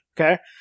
okay